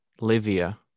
Livia